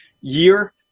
year